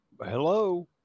Hello